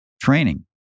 training